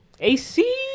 AC